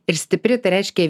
ir stipri tai reiškia